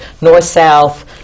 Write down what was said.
north-south